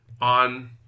on